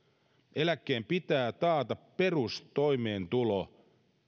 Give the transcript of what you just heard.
eläkkeen pitää taata perustoimeentulo